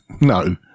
No